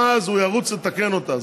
ואז הוא ירוץ לתקן אותה.